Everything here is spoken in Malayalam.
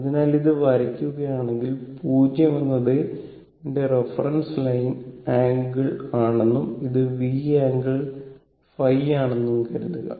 അതിനാൽ ഇത് വരയ്ക്കുകയാണെങ്കിൽ 0 എന്നത് എന്റെ റഫറൻസ് ലൈൻ ആംഗിൾ ആണെന്നും ഇത് V ആംഗിൾ ϕ ആണെന്നും കരുതുക